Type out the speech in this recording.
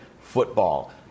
football